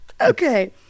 okay